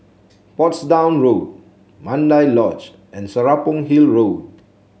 Portsdown Road Mandai Lodge and Serapong Hill Road